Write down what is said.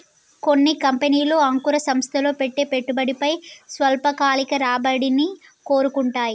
కొన్ని కంపెనీలు అంకుర సంస్థల్లో పెట్టే పెట్టుబడిపై స్వల్పకాలిక రాబడిని కోరుకుంటాయి